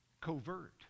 covert